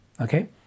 Okay